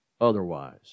otherwise